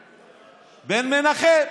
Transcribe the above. בר-מנחם.